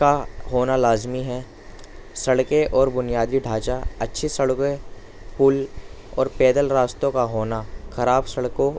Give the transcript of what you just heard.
کا ہونا لازمی ہے سڑکیں اور بنیادی ڈھانچہ اچھی سڑکیں پل اور پیدل راستوں کا ہونا خراب سڑکوں